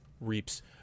reaps